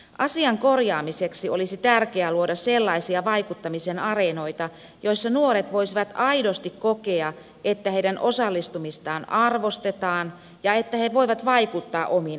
asian korjaamiseksi olisi tärkeää luoda sellaisia vaikuttamisen areenoita joissa nuoret voisivat aidosti kokea että heidän osallistumistaan arvostetaan ja että he voivat vaikuttaa omiin asioihinsa